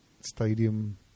Stadium